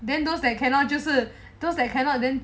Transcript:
then those they cannot 就是 those they cannot then